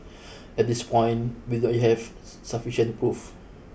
at this point we do not have sufficient proof